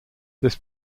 this